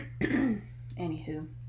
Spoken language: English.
anywho